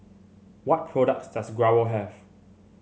what products does Growell have